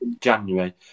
January